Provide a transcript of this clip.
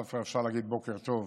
עכשיו כבר אפשר להגיד בוקר טוב.